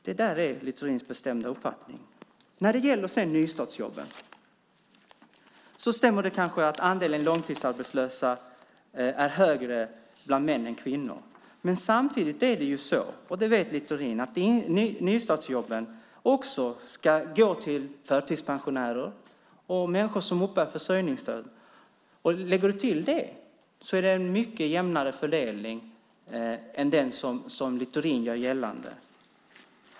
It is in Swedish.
Det där är Littorins bestämda uppfattning. När det sedan gäller nystartsjobben stämmer det kanske att andelen långtidsarbetslösa är högre bland män än bland kvinnor. Men samtidigt är det ju så, som Littorin vet, att nystartsjobben också ska gå till förtidspensionärer och människor som uppbär försörjningsstöd. Lägger man till det är det en mycket jämnare fördelning än den som Littorin gör gällande.